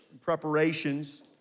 preparations